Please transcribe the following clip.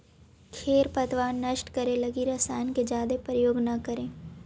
खेर पतवार नष्ट करे लगी रसायन के जादे प्रयोग न करऽ